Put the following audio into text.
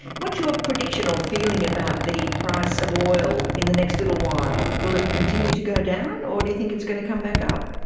what is your prediction or feeling about the price of oil in the next little while will it continue to go down, or do you think it's going to come back up?